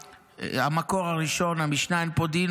המקור הראשון, המשנה: "אין פודין